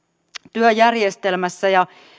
työjärjestelmässä ja